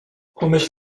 pomyś